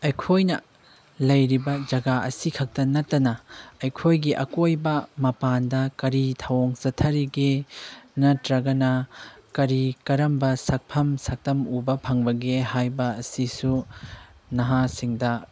ꯑꯩꯈꯣꯏꯅ ꯂꯩꯔꯤꯕ ꯖꯒꯥ ꯑꯁꯤ ꯈꯛꯇ ꯅꯠꯇꯅ ꯑꯩꯈꯣꯏꯒꯤ ꯑꯀꯣꯏꯕ ꯃꯄꯥꯟꯗ ꯀꯔꯤ ꯊꯧꯑꯣꯡ ꯆꯠꯊꯔꯤꯒꯦ ꯅꯠꯇ꯭ꯔꯒꯅ ꯀꯔꯤ ꯀꯔꯝꯕ ꯁꯛꯐꯝ ꯁꯛꯇꯝ ꯎꯕ ꯐꯪꯕꯒꯦ ꯍꯥꯏꯕ ꯑꯁꯤꯁꯨ ꯅꯍꯥꯁꯤꯡꯗ